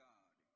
God